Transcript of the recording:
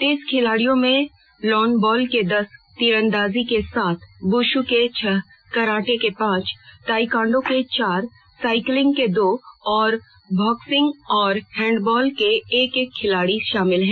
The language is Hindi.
तीस खिलाड़ियों में लॉन बॉल के दस तीरंदाजी के सात वृश् के छह कराटे के पांच ताइक्वांडो के चार साइक्लिंग के दो और बॉक्सिंग और हैंडबॉल के एक एक खिलाड़ी शामिल हैं